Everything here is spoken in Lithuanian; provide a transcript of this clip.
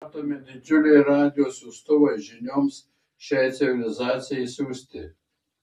bus statomi didžiuliai radijo siųstuvai žinioms šiai civilizacijai siųsti